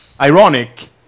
Ironic